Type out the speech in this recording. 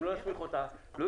אם לא נסמיך אותה...